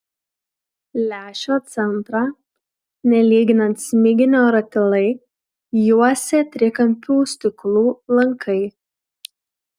lęšio centrą nelyginant smiginio ratilai juosė trikampių stiklų lankai